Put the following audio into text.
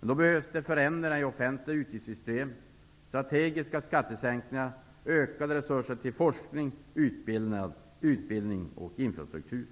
Men då behövs förändringar i de offentliga utgiftssystemen, strategiska skattesänkningar och ökade resurser till forskning, utbildning och infrastruktur.